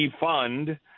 defund